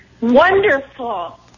wonderful